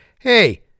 Hey